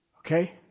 Okay